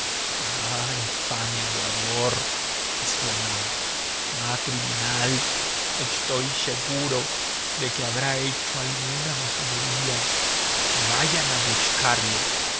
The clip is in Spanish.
ah infame aguador exclamaba ah criminal echtoy cheguro de que habrá hecho alguna majadería que vayan a buchcarle